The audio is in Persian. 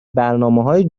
برنامههای